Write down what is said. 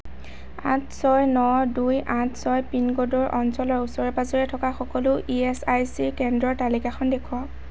আঠ ছয় ন দুই আঠ ছয় পিন ক'ডৰ অঞ্চলৰ ওচৰে পাঁজৰে থকা সকলো ই এচ আই চি কেন্দ্ৰৰ তালিকাখন দেখুৱাওক